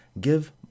give